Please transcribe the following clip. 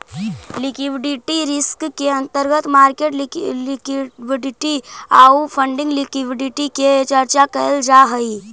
liquidity risk के अंतर्गत market liquidity आउ फंडिंग लिक्विडिटी के चर्चा कैल जा हई